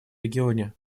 регионе